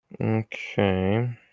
Okay